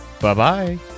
Bye-bye